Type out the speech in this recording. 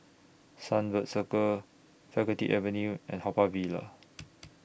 Sunbird Circle Faculty Avenue and Haw Par Villa